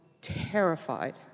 terrified